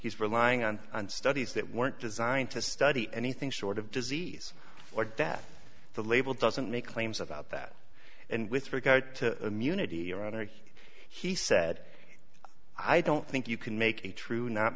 he's relying on and studies that weren't designed to study anything short of disease or death the label doesn't make claims about that and with regard to munity ironic he said i don't think you can make a true not